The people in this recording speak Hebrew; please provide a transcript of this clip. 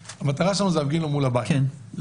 המטרה שלנו היא להפגין לו מול הבית כדי